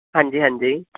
ਹਾਂਜੀ ਹਾਂਜੀ